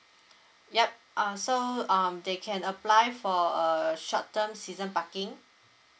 yup um so um they can apply for err short term season parking